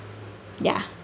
ya